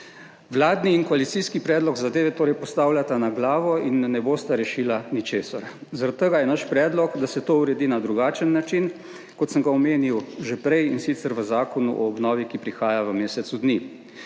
Vladni in koalicijski predlog zadeve torej postavljata na glavo in ne bosta rešila ničesar. Zaradi tega je naš predlog, da se to uredi na drugačen način, kot sem ga omenil že prej, in sicer v zakonu o obnovi, ki prihaja v mesecu dni.